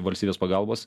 valstybės pagalbos